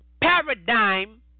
paradigm